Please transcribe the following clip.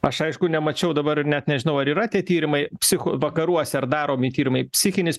aš aišku nemačiau dabar ir net nežinau ar yra tie tyrimai psichų vakaruose ar daromi tyrimai psichinis